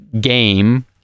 game